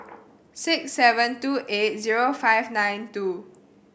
six seven two eight zero five nine two